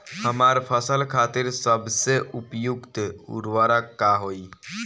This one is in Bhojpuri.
हमार फसल खातिर सबसे उपयुक्त उर्वरक का होई?